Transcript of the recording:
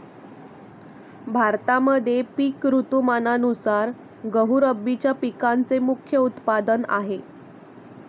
भारतामध्ये पिक ऋतुमानानुसार गहू रब्बीच्या पिकांचे मुख्य उत्पादन आहे